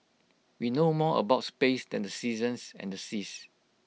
we know more about space than the seasons and the seas